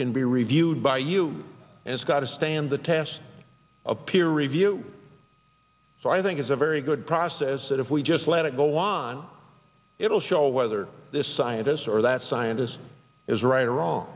can be reviewed by you and it's got to stand the test of peer review so i think it's a very good process that if we just let it go on it'll show whether this scientist or that scientist is right or wrong